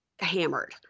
hammered